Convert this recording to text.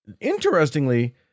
Interestingly